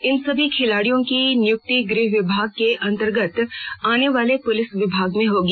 इन सभी खिलाड़ियों की नियुक्ति गृह विभाग के अंतर्गत आने वाले पुलिस विभाग में होगी